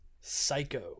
Psycho